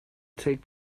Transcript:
take